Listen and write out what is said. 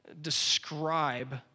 describe